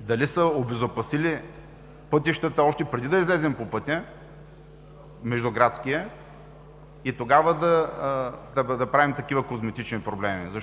дали са обезопасили пътищата още преди да излезем по междуградския път, и тогава да правим такива козметични промени.